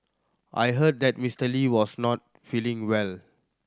I heard that Mister Lee was not feeling well